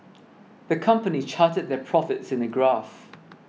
the company charted their profits in a graph